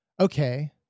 okay